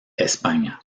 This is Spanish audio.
españa